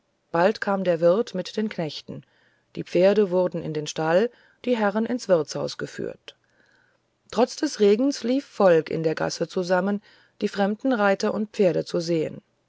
bald kam der wirt mit den knechten die pferde wurden in den stall die herren ins wirtshaus geführt trotz des regens lief volk in der gasse zusammen die fremden reiter und pferde zu sehen